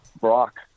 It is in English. Brock